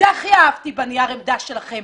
זה הכי אהבתי בנייר עמדה שלכם.